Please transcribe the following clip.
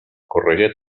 corregué